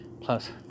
plus